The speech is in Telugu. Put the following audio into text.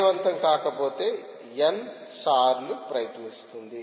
విజయవంతం కాకపోతే n సార్లు ప్రయత్నిస్తుంది